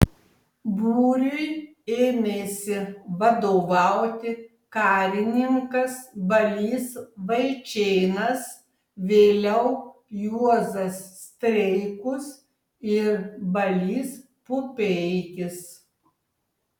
būriui ėmėsi vadovauti karininkas balys vaičėnas vėliau juozas streikus ir balys pupeikis